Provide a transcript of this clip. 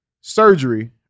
surgery